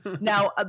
now